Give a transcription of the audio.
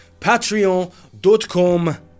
Patreon.com